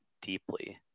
deeply